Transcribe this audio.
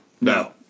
No